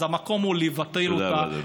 אז יש מקום לבטל אותה,